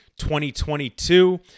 2022